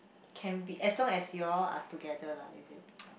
can be as long as you all are together lah is it